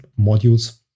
modules